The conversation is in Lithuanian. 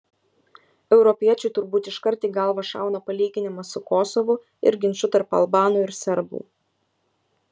europiečiui turbūt iškart į galvą šauna palyginimas su kosovu ir ginču tarp albanų ir serbų